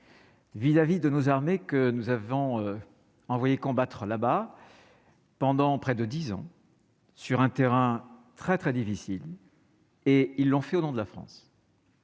vis-à-vis de nos armées, que nous avons envoyé combattre là-bas pendant près de 10 ans sur un terrain très, très difficile, et ils l'ont fait, au nom de la France,